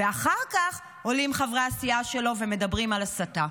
ואחר כך עולים חברי הסיעה שלו ומדברים על הסתה.